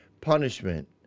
punishment